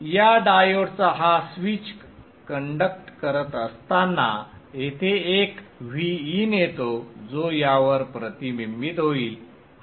या डायोडचा हा स्विच कंडक्ट करत असताना येथे एक Vin येतो जो यावर प्रतिबिंबित होईल